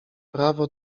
prawo